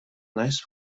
nice